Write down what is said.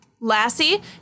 Lassie